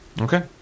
Okay